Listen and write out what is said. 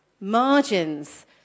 Margins